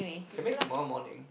can bake tomorrow morning